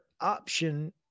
option